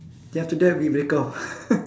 then after that we break up